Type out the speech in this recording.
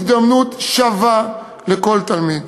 הזדמנות שווה לכל תלמיד.